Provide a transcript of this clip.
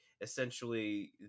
essentially